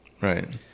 Right